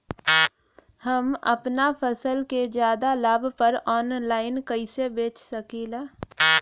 हम अपना फसल के ज्यादा लाभ पर ऑनलाइन कइसे बेच सकीला?